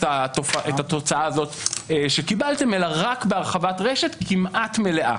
את התוצאה הזאת שקיבלתם אלא רק בהרחבת רשת כמעט מלאה.